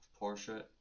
Porsche